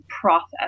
process